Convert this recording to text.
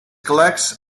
collects